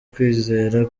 kwizera